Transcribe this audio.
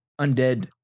Undead